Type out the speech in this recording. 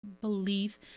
belief